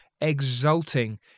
exulting